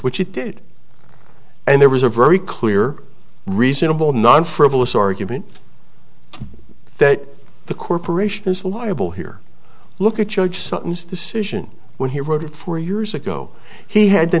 which it did and there was a very clear reasonable non frivolous argument that the corporation is liable here look at judge sutton's decision when he wrote it four years ago he had to